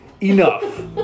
Enough